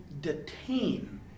detain